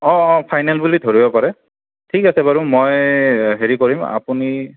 অঁ অঁ ফাইনেল বুলি ধৰিব পাৰে ঠিক আছে বাৰু মই হেৰি কৰিম আপুনি